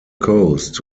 coast